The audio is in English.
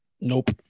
nope